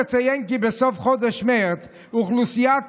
נציין כי בסוף חודש מרץ אוכלוסיית